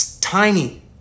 tiny